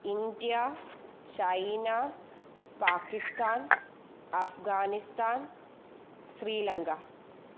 India China Pakistan Afghanistan Sri Lanka